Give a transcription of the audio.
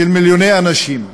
של מיליוני אנשים,